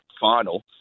final